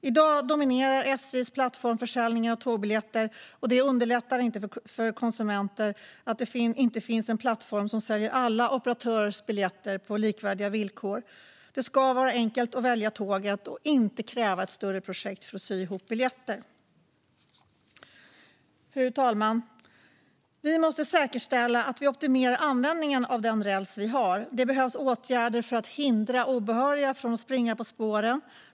I dag dominerar SJ:s plattform försäljningen av tågbiljetter, och det underlättar inte för konsumenter att det inte finns en plattform som säljer alla operatörers biljetter på likvärdiga villkor. Det ska vara enkelt att välja tåget och inte kräva ett större projekt för att sy ihop biljetter. Fru talman! Vi måste säkerställa att vi optimerar användningen av den räls vi har. Det behövs åtgärder för att hindra obehöriga från att springa på spåren.